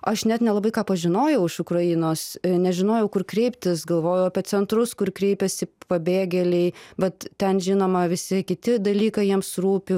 aš net nelabai ką pažinojau iš ukrainos nežinojau kur kreiptis galvojau apie centrus kur kreipiasi pabėgėliai vat ten žinoma visi kiti dalykai jiems rūpi